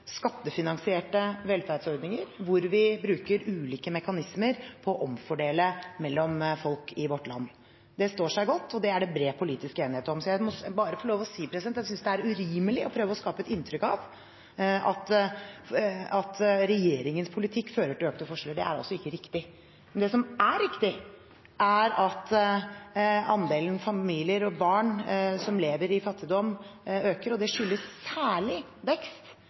skattefinansierte velferdsordninger, hvor vi bruker ulike mekanismer til å omfordele mellom folk i vårt land. Det står seg godt, og det er det bred politisk enighet om. Så jeg må få lov til å si at jeg synes det er urimelig å prøve å skape et inntrykk av at regjeringens politikk fører til økte forskjeller. Det er ikke riktig. Det som er riktig, er at andelen familier og barn som lever i fattigdom, øker, og det skyldes særlig vekst